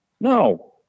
No